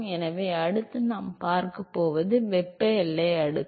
எனவே அடுத்து நாம் பார்க்கப் போவது வெப்ப எல்லை அடுக்கு